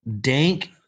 dank